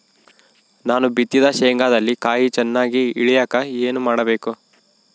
ನಾನು ಬಿತ್ತಿದ ಶೇಂಗಾದಲ್ಲಿ ಕಾಯಿ ಚನ್ನಾಗಿ ಇಳಿಯಕ ಏನು ಮಾಡಬೇಕು?